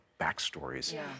backstories